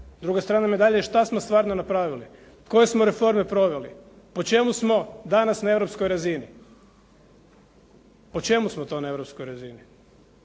Druga strana medalje je što smo stvarno napravili, koje smo reforme proveli, po čemu smo danas na europskoj razini. Po čemu smo to na europskoj razini?